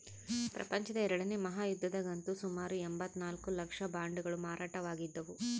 ಪ್ರಪಂಚದ ಎರಡನೇ ಮಹಾಯುದ್ಧದಗಂತೂ ಸುಮಾರು ಎಂಭತ್ತ ನಾಲ್ಕು ಲಕ್ಷ ಬಾಂಡುಗಳು ಮಾರಾಟವಾಗಿದ್ದವು